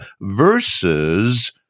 versus